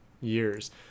years